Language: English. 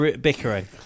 bickering